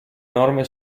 norme